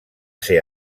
ser